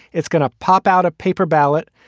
it's going to pop out a paper ballot.